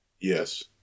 Yes